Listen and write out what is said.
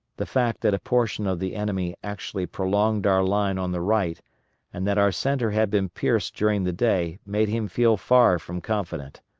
the fact that a portion of the enemy actually prolonged our line on the right and that our centre had been pierced during the day, made him feel far from confident.